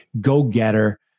go-getter